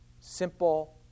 simple